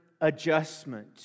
adjustment